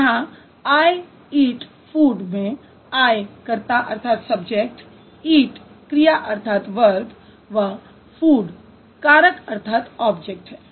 यहाँ I eat food में I कर्ता eat क्रिया है व food कारक है